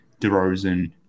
DeRozan